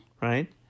right